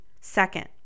Second